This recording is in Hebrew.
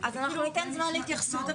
אז אנחנו ניתן זמן להתייחסות.